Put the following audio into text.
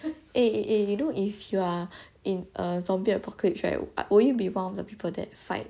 eh eh eh you know if you are in a zombie apocalypse right will you be one of the people that fight